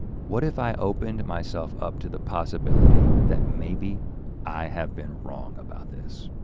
what if i opened myself up to the possibility that maybe i have been wrong about this?